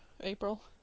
April